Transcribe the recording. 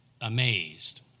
amazed